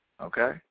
Okay